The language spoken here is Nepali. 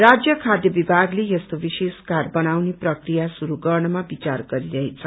राज्य खाध्य विभागले यस्तो विशेष कार्ड बनाउने प्रकिया शुरू गर्नमा बिचार गरिरहेछ